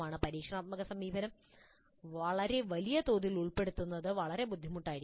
പരീക്ഷണാത്മക സമീപനം വളരെ വലിയ തോതിൽ ഉൾപ്പെടുത്തുന്നത് വളരെ ബുദ്ധിമുട്ടായിരിക്കും